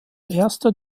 erster